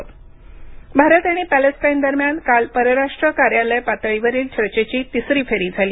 Bharat Palestine चर्चा भारत आणि Palestine दरम्यान काल परराष्ट्र कार्यालय पातळीवरील चर्चेची तिसरी फेरी झाली